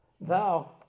Thou